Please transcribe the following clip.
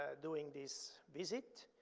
ah doing this visit.